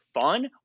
fun